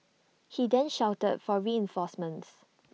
he then shouted for reinforcements